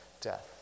death